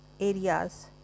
areas